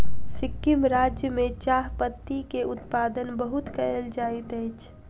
सिक्किम राज्य में चाह पत्ती के उत्पादन बहुत कयल जाइत अछि